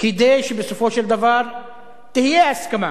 כדי שבסופו של דבר תהיה הסכמה.